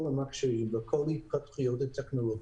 המכשירים ולכל ההתפתחויות הטכנולוגיות.